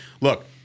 Look